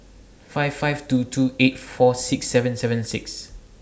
five five two two eight four six seven seven six